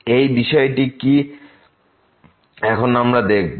এই বিষয়টি কি এখন আমরা দেখব